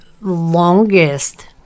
longest